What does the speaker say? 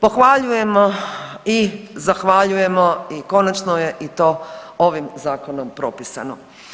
Pohvaljujemo i zahvaljujemo i konačno je i to ovim zakonom propisano.